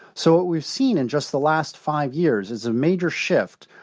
so what we've seen in just the last five years is a major shift,